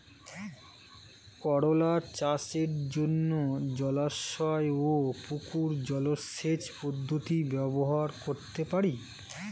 করোলা চাষের জন্য জলাশয় ও পুকুর জলসেচ পদ্ধতি ব্যবহার করতে পারি?